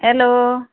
hello